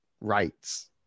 rights